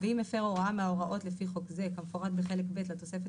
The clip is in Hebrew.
ואם הפר הוראה מההוראות לפי חוק זה כמפורט בחלק ב' לתוספת